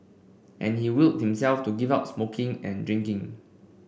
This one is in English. and he willed himself to give up smoking and drinking